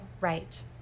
Right